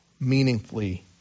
meaningfully